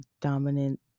dominant